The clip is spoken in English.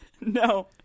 No